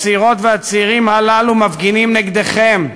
הצעירות והצעירים הללו מפגינים נגדכם,